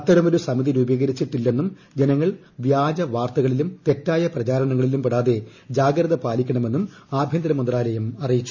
അത്തരമൊരു സമിതി രൂപീകരിച്ചിട്ടില്ലന്നും ജനങ്ങൾ വ്യാജവാർത്തകളിലും തെറ്റായ പ്രചാരണങ്ങളിലും പെടാതെ ജാഗ്രത പാലിക്കണമെന്നും ആഭ്യന്തര മന്ത്രാലയം അറിയിച്ചു